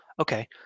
Okay